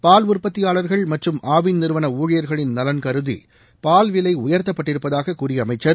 பால் உற்பத்தியாளர்கள் மற்றும் ஆவின் நிறுவன ஊழியர்களின் நலன் கருதி பால் விலை உயர்த்தப்பட்டிருப்பதாக கூறிய அமைச்சர்